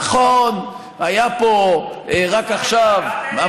נכון, היה פה, רק עכשיו, התגעגעת אלינו?